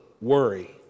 Worry